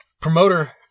promoter